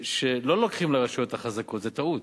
שלא לוקחים לרשויות החזקות, זו טעות,